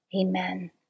Amen